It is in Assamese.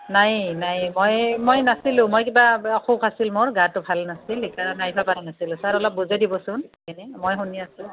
নাই নাই মই মই নাছিলোঁ মই কিবা অসুখ আছিল মোৰ গাটো ভাল নাছিল সেইকাৰণে আহিব পৰা নাছিলোঁ ছাৰ অলপ বুজাই দিবচোন এনে মই শুনি আছোঁ